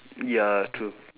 ya true